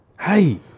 Hey